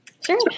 Sure